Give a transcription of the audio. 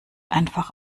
einfach